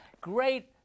Great